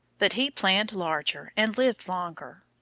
but he planned larger and lived longer.